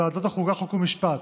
בוועדת החוקה, חוק ומשפט,